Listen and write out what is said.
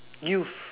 youth